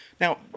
Now